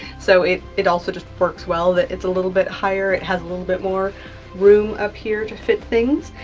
so it it also just works well that it's a little bit higher. it has a little bit more room up here to fit things,